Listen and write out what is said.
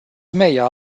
mayor